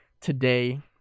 today